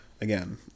Again